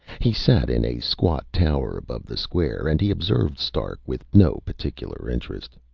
he sat in a squat tower above the square, and he observed stark with no particular interest.